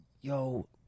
yo